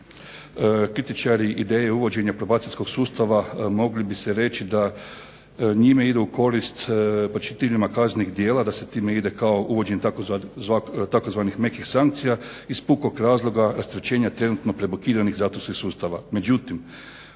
kritičari ideje uvođenja probacijskog sustava mogli bi se reći da njime idu u korist počiniteljima kaznenog djela da se time ide kao tzv. uvođenjem mekih sankcija iz pukog razloga rasterećenja trenutno prebukiranih zatvorskih sustava.